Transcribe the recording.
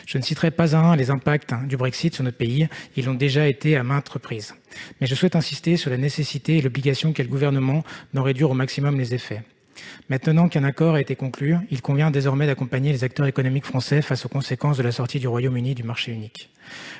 Je ne citerai pas un à un les impacts du Brexit sur notre pays ; ils l'ont déjà été à maintes reprises. Mais je souhaite insister sur la nécessité et l'obligation qu'a le Gouvernement d'en réduire au maximum les effets. Maintenant qu'un accord a été conclu, il convient d'accompagner les acteurs économiques français face aux conséquences de la sortie du Royaume-Uni du marché unique.